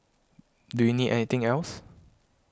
do you need anything else